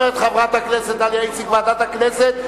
אומרת חברת הכנסת דליה איציק: ועדת הכנסת.